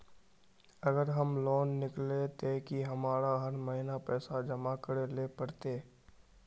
अगर हम लोन किनले ते की हमरा हर महीना पैसा जमा करे ले पड़ते?